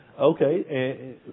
Okay